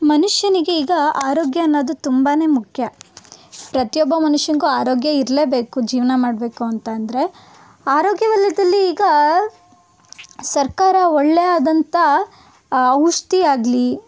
ಮನುಷ್ಯನಿಗೆ ಈಗ ಆರೋಗ್ಯ ಅನ್ನೋದು ತುಂಬಾ ಮುಖ್ಯ ಪ್ರತಿಯೊಬ್ಬ ಮನುಷ್ಯನಿಗೂ ಆರೋಗ್ಯ ಇರಲೇಬೇಕು ಜೀವನ ಮಾಡಬೇಕು ಅಂತಂದರೆ ಆರೋಗ್ಯ ವಲಯದಲ್ಲಿ ಈಗ ಸರ್ಕಾರ ಒಳ್ಳೆಯಾದಂಥ ಔಷಧಿ ಆಗಲಿ